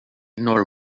nor